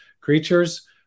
creatures